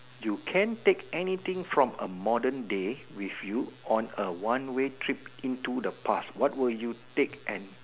you can take anything from a modern day with you on a one way trip into the past what will you take and